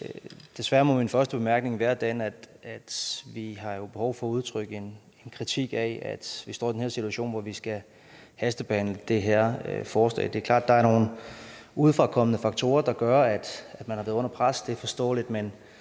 Desværre må min første bemærkning være den, at vi jo har behov for at udtrykke en kritik af, at vi står i den her situation, hvor vi skal hastebehandle det her forslag. Det er klart, der er nogle udefrakommende faktorer, der gør, at man har været under pres, og det er forståeligt,